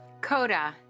Coda